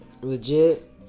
legit